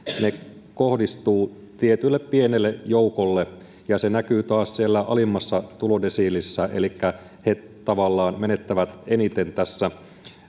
kohdistuvat tietylle pienelle joukolle ja se näkyy taas siellä alimmassa tulodesiilissä elikkä he tavallaan menettävät eniten tässä